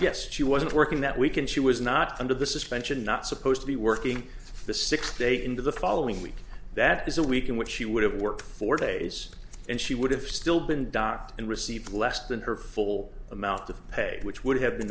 yes she wasn't working that we can she was not under the suspension not supposed to be working the six day into the following week that is a week in which she would have worked four days and she would have still been docked and received less than her full amount the pay which would have been